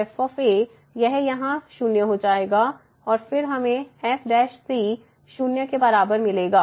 तो f −f यह यहाँ 0 हो जाएगा और फिर हमें f 0 मिलेगा